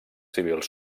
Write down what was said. civils